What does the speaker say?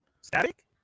Static